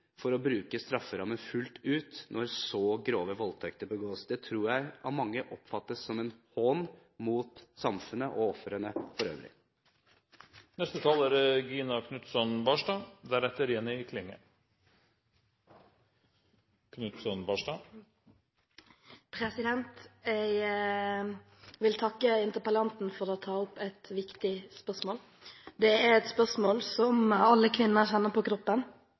for å bruke strafferammen fullt ut, når så grove voldtekter begås. Det tror jeg mange oppfatter som en hån mot samfunnet og ofrene for øvrig. Jeg vil takke interpellanten for å ta opp et viktig spørsmål. Det er et spørsmål som alle kvinner kjenner på kroppen,